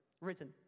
risen